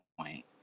point